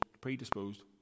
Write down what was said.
predisposed